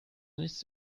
nichts